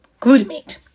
glutamate